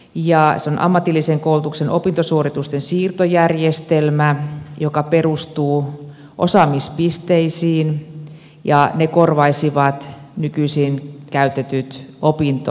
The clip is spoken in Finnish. se on ammatillisen koulutuksen opintosuoritusten siirtojärjestelmä joka perustuu osaamispisteisiin ja ne korvaisivat nykyisin käytetyt opintoviikot